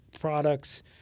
products